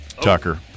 Tucker